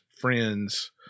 friends